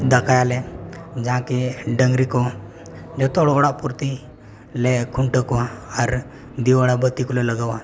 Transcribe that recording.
ᱫᱟᱠᱟᱭᱟᱞᱮ ᱡᱟᱦᱟᱸ ᱠᱤ ᱰᱟᱹᱝᱨᱤ ᱠᱚ ᱡᱷᱚᱛᱚ ᱦᱚᱲ ᱚᱲᱟᱜ ᱯᱨᱚᱛᱤᱞᱮ ᱠᱷᱩᱱᱴᱟᱹᱣ ᱠᱚᱣᱟ ᱟᱨ ᱫᱤᱣᱟᱹᱲᱟ ᱵᱟᱹᱛᱤ ᱠᱚᱞᱮ ᱞᱟᱜᱟᱣᱟ